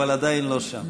אבל עדיין לא שם.